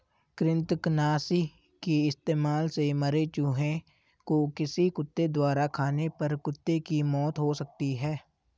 कृतंकनाशी के इस्तेमाल से मरे चूहें को किसी कुत्ते द्वारा खाने पर कुत्ते की मौत हो सकती है